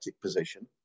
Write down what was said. position